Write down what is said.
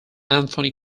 anthony